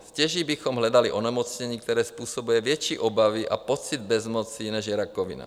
Stěží bychom hledali onemocnění, které způsobuje větší obavy a pocit bezmoci, než je rakovina.